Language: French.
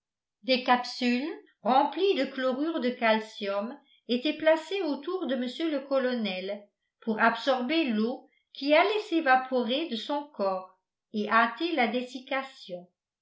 des capsules remplies de chlorure de calcium étaient placées autour de mr le colonel pour absorber l'eau qui allait s'évaporer de son corps et hâter la dessiccation